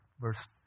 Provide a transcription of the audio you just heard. verse